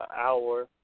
hour